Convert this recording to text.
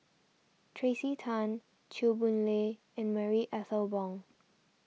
Tracey Tan Chew Boon Lay and Marie Ethel Bong